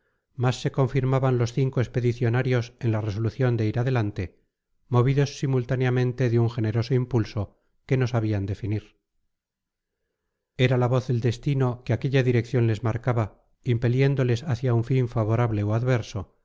más se confirmaban los cinco expedicionarios en la resolución de ir adelante movidos simultáneamente de un generoso impulso que no sabían definir era la voz del destino que aquella dirección les marcaba impeliéndoles hacia un fin favorable o adverso